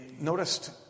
noticed